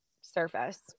surface